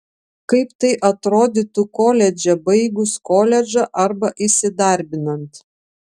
kaip tai atrodytų koledže baigus koledžą arba įsidarbinant